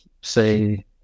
say